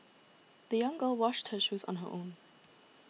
the young girl washed her shoes on her own